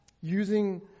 Using